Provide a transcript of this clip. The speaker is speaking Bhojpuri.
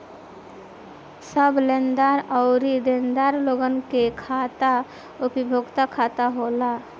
सब लेनदार अउरी देनदार लोगन के खाता व्यक्तिगत खाता होला